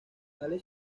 tales